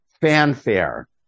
Fanfare